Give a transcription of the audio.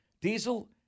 Diesel